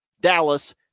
dallas